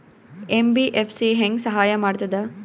MBFC ಹೆಂಗ್ ಸಹಾಯ ಮಾಡ್ತದ?